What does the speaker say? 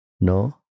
no